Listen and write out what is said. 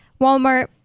Walmart